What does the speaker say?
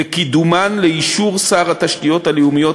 וקידומן לאישור שר התשתיות הלאומיות,